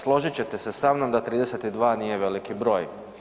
Složit ćete se sa mnom da 32 nije veliki broj.